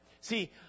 See